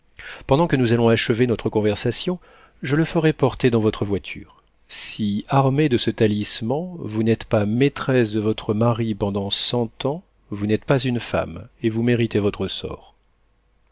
pendant que nous allons achever notre conversation je le ferai porter dans votre voiture si armée de ce talisman vous n'êtes pas maîtresse de votre mari pendant cent ans vous n'êtes pas une femme et vous mériterez votre sort